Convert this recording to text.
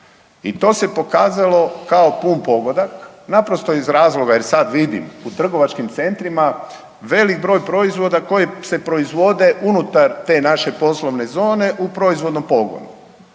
i to se pokazalo kao pun pogodak, naprosto iz razloga jer sad vidim u trgovačkim centrima velik broj proizvoda koji se proizvode unutar te naše poslovne zone u proizvodnom pogonu.